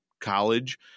college